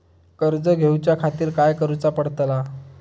कर्ज घेऊच्या खातीर काय करुचा पडतला?